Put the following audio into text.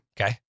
Okay